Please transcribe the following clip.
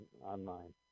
online